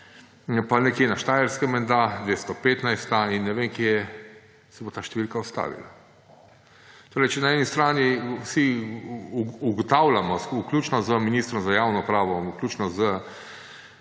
pa nekje na Štajerskem menda 215. In ne vem, kje se bo ta številka ustavila. Če na eni strani vsi ugotavljamo, vključno z ministrom za javno upravo, vključno